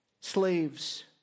Slaves